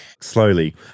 slowly